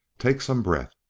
take some breath.